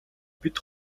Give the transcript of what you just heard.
бид